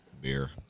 Beer